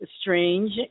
strange